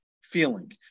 feeling